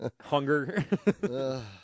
Hunger